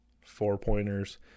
four-pointers